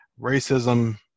racism